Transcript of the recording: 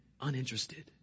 uninterested